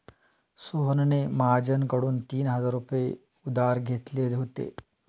सोहनने महाजनकडून तीन हजार रुपये उधार घेतले होते